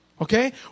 Okay